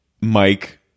mike